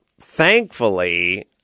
Thankfully